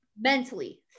Mentally